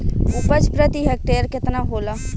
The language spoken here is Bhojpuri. उपज प्रति हेक्टेयर केतना होला?